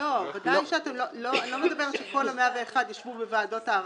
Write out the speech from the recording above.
אני לא מדברת שכל ה-101 ישבו בוועדות העררים.